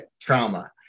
trauma